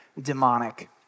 demonic